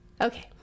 Okay